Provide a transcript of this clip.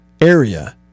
area